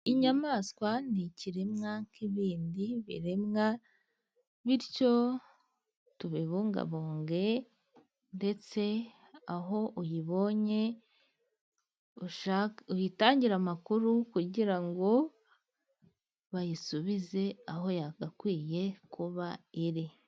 Inyamaswa ni ikiremwa nk'ibindi biremwa, bityo tubibungabunge ndetse aho uyibonye uyitangire amakuru kugira ngo bayisubize aho yagakwiye kuba iri.